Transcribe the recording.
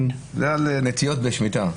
על נטיעות בשמיטה.